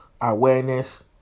awareness